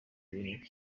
ikintu